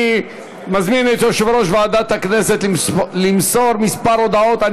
אני מזמין את יושב-ראש ועדת הכנסת למסור כמה הודעות.